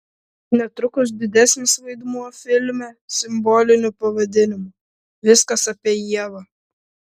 netrukus didesnis vaidmuo filme simboliniu pavadinimu viskas apie ievą